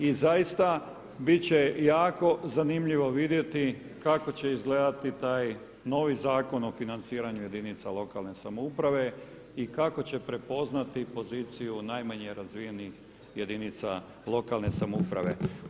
I zaista, biti će jako zanimljivo kako će izgledati taj novi Zakon o financiranju jedinica lokalne samouprave i kako će prepoznati poziciju najmanje razvijenih jedinica lokalne samouprave.